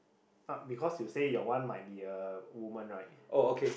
uh because you say your one might be a woman right